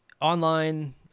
online